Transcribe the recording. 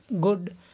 good